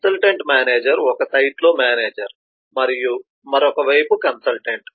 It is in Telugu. కన్సల్టెంట్ మేనేజర్ ఒక సైట్లో మేనేజర్ మరియు మరొక వైపు కన్సల్టెంట్